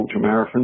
ultramarathon